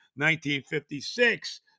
1956